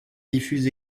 diffuse